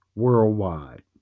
Worldwide